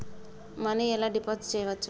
Money ఎలా deposit చేయచ్చు?